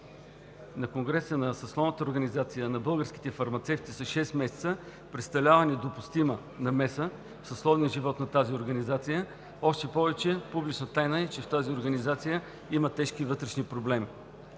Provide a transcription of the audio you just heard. на конгреса на съсловната организация на българските фармацевти с шест месеца представлява недопустима намеса в съсловния ѝ живот. Още повече, публична тайна е, че тази организация има тежки вътрешни проблеми.